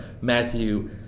Matthew